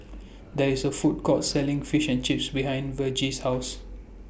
There IS A Food Court Selling Fish and Chips behind Vergie's House